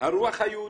"הרוח היהודית",